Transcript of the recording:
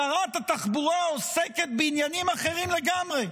שרת התחבורה עוסקת בעניינים אחרים לגמרי.